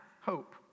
hope